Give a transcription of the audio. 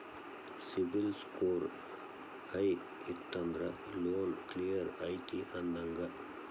CIBIL score high ಇತ್ತಂದ್ರ loan clear ಐತಿ ಅಂದಂಗ